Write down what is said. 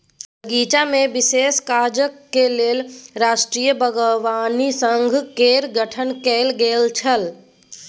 बगीचामे विशेष काजक लेल राष्ट्रीय बागवानी संघ केर गठन कैल गेल छल